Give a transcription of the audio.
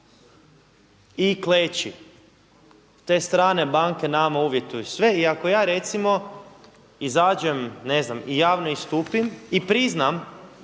i kleči. Te strane banke nama uvjetuju sve i ako ja recimo izađem ne znam i javno istupim i priznam